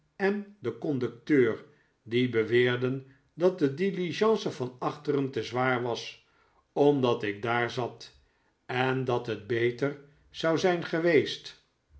en den conducteur die beweerden dat de diligence van achteren te zwaar was omdat ik daar zat en dat het beter zou zijn geweest